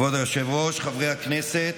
כבוד היושב-ראש, חברי הכנסת,